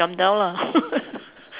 jump down lah